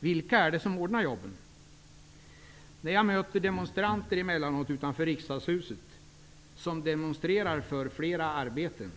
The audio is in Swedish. Vilka är det som ordnar jobben? När jag utanför Riksdagshuset emellanåt möter demonstranter för fler arbeten,